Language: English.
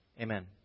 Amen